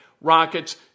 Rockets